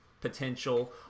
potential